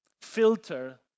filter